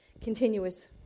continuous